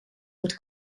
met